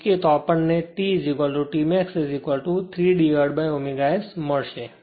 તે મૂકીએ તો આપણ ને T T max 3ω S મળશે